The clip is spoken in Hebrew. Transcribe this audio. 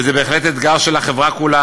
וזה בהחלט אתגר של החברה כולה.